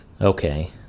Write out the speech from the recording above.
Okay